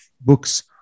books